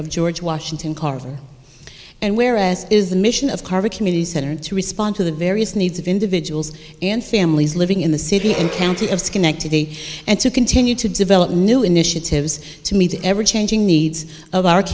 of george washington carver and whereas is the mission of carver community center to respond to the various needs of individuals and families living in the city and county of schenectady and to continue to develop new initiatives to me to ever changing needs of